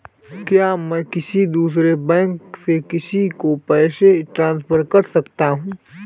क्या मैं किसी दूसरे बैंक से किसी को पैसे ट्रांसफर कर सकता हूं?